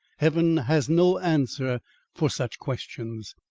heaven has no answer for such questions.